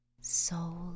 soul